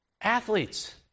Athletes